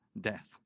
death